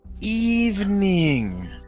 evening